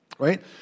right